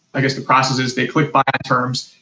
i guess the process is they click buy at terms,